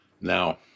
Now